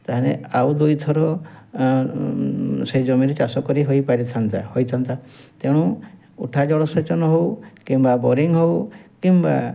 ତାହେଲେ ଆଉ ଦୁଇ ଥର ସେଇ ଜମି ରେ ଚାଷ କରି ହୋଇପାରିଥାନ୍ତା ହୋଇଥାନ୍ତା ତେଣୁ ଉଠା ଜଳ ସେଚନ ହଉ କିମ୍ବା ବୋରିଙ୍ଗ ହଉ କିମ୍ବା